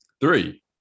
Three